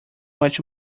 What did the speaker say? much